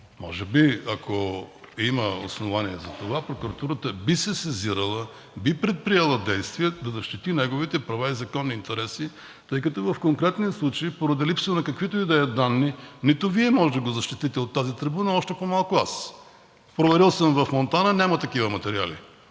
Може би, ако има основание за това, прокуратурата би се сезирала, би предприела действия да защити неговите права и законни интереси. Тъй като в конкретния случай, поради липса на каквито и да е данни, нито Вие можете да го защитите от тази трибуна, още по-малко аз. Проверил съм в Монтана – няма такива материали.